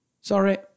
Sorry